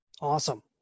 Awesome